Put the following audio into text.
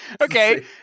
Okay